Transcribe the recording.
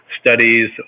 studies